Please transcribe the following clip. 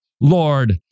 Lord